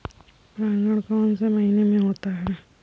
परागण कौन से महीने में होता है?